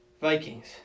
Vikings